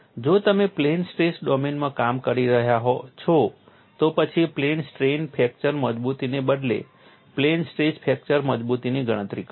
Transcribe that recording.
જો તમે plane stress ડોમેનમાં કામ કરી રહ્યા છો તો પછી પ્લેન સ્ટ્રેઇન ફ્રેક્ચર મજબૂતીને બદલે પ્લેન સ્ટ્રેસ ફ્રેક્ચર મજબૂતીની ગણતરી કરો